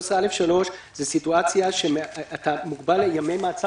הסעיף הזה מדבר על סיטואציה בה אתה מוגבל לימי מעצר